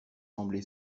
semblé